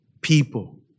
People